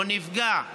או נפגע,